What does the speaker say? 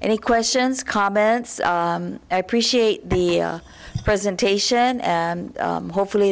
any questions comments i appreciate the presentation and hopefully